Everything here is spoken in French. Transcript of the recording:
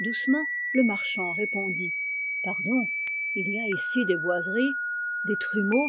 doucement le marchand répondit pardon il y a ici des boiseries